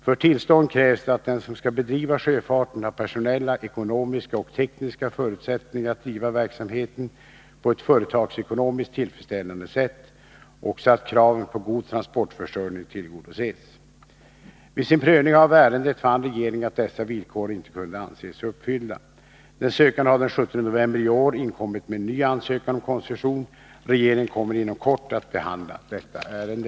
För tillstånd krävs att den som skall bedriva sjöfarten har personella, ekonomiska och tekniska förutsättningar att driva verksamheten på ett företagsekonomiskt tillfredsställande sätt och så att kraven på god transportförsörjning tillgodoses.” Vid sin prövning av ärendet fann regeringen att dessa villkor inte kunde anses uppfyllda. Den sökande har den 17 november i år inkommit med en ny ansökan om koncession. Regeringen kommer inom kort att behandla detta ärende.